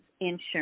insurance